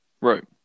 Right